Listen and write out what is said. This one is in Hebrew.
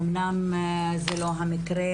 אמנם זה לא המקרה,